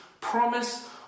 promise